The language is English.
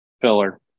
Filler